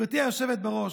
גברתי היושבת-ראש,